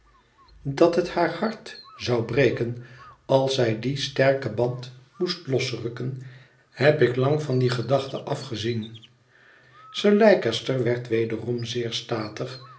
dat het haar het hart zou breken als zij dien sterken band moest losrukken heb ik lang van die gedachte afgezien sir leicester werd wederom zeer statig